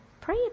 pray